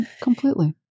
Completely